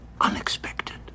unexpected